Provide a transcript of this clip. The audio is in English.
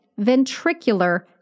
ventricular